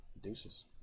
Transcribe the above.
Deuces